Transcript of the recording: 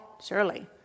surely